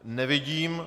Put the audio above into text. Nevidím.